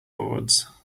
boards